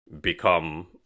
become